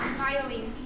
violin